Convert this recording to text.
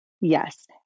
yes